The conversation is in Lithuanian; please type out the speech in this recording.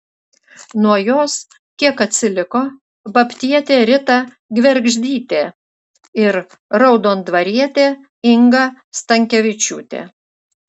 nuo jos kiek atsiliko babtietė rita gvergždytė ir raudondvarietė inga stankevičiūtė